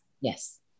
Yes